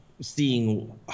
seeing